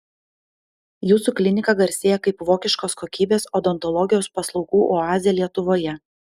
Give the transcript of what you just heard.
jūsų klinika garsėja kaip vokiškos kokybės odontologijos paslaugų oazė lietuvoje